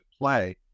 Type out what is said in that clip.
play